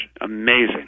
Amazing